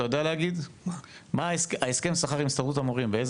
אתה יודע להגיד באיזה היקף היה הסכם השכר האחרון עם הסתדרות המורים?